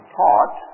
taught